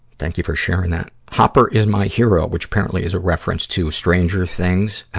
thank you for sharing that. hopper is my hero, which apparently is a reference to stranger things, ah,